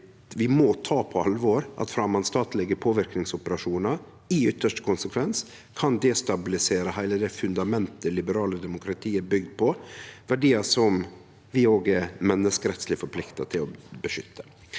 Vi må ta på alvor at framandstatlege påverkingsoperasjonar i ytste konsekvens kan destabilisere heile det fundamentet liberale demokrati er bygde på, verdiar som vi òg er menneskerettsleg forplikta til å beskytte.